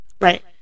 Right